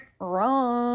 wrong